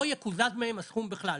לא יקוזז מהם הסכום בכלל.